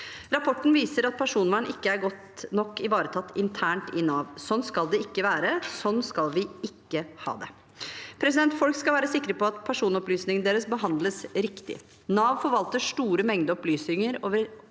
Rapporten viser at personvern ikke er godt nok ivaretatt internt i Nav. Sånn skal det ikke være; sånn skal vi ikke ha det. Folk skal være sikre på at personopplysningene deres behandles riktig. Nav forvalter store mengder opplysninger